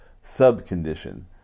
sub-condition